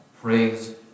Praise